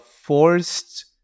forced